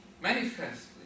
Manifestly